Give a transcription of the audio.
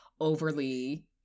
overly